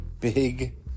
big